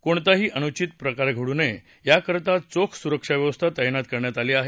कोणताही अनुषित प्रकार घडू नये याकरता चोख सुरक्षा व्यवस्था तैनात करण्यात आली आहे